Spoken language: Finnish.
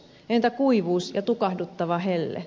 entä kuivuus ja tukahduttava helle